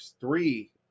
three